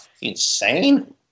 Insane